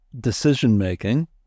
decision-making